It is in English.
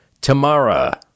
Tamara